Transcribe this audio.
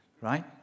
Right